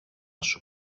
σου